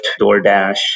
DoorDash